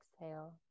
exhale